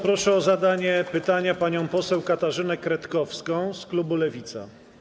Proszę o zadanie pytania panią poseł Katarzynę Kretkowską z klubu Lewica.